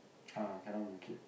ah cannot make it